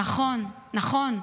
נכון, נכון.